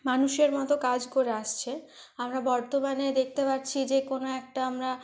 মানুষের মতো কাজ করে আসছে আমরা বর্তমানে দেখতে পাচ্ছি যে কোন একটা আমরা